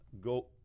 Go